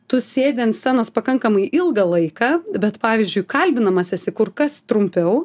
tu sėdi ant scenos pakankamai ilgą laiką bet pavyzdžiui kalbinamas esi kur kas trumpiau